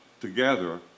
together